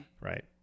Right